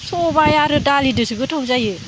सबाय आरो दालिजोंसो गोथाव जायो